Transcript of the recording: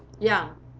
ya